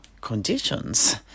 conditions